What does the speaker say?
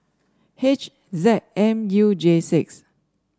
H Z M U J six